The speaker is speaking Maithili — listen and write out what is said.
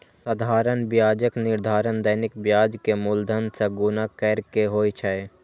साधारण ब्याजक निर्धारण दैनिक ब्याज कें मूलधन सं गुणा कैर के होइ छै